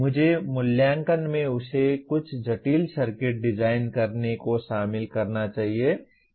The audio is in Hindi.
मुझे मूल्यांकन में उसे कुछ जटिल सर्किट डिजाइन करने को शामिल करना चाहिए